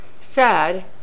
Sad